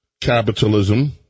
capitalism